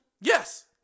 Yes